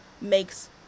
makes